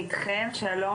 שלום,